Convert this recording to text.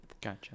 Gotcha